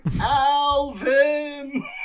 Alvin